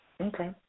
Okay